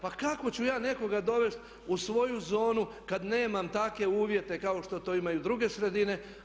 Pa kako ću ja nekoga dovesti u svoju zonu kad nemam takve uvjete kao što to imaju druge sredine.